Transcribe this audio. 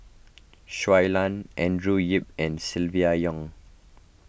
Shui Lan Andrew Yip and Silvia Yong